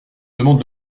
demande